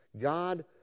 God